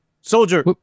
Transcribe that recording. soldier